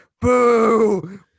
boo